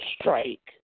strike